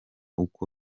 uko